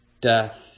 death